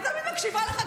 אני תמיד מקשיבה לך,